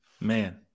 Man